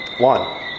One